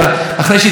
שנת ה-70,